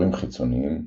קישורים חיצוניים